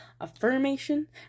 affirmation